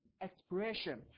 expression